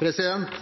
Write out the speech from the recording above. Høyre og